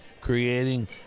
creating